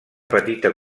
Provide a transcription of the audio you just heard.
petita